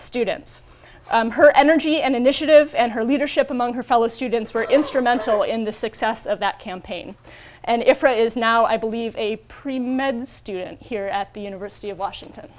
students her energy and initiative and her leadership among her fellow students were instrumental in the success of that campaign and if there is now i believe a pre med student here at the university of washington